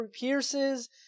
pierces